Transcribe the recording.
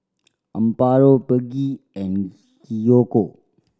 Amparo Peggy and Kiyoko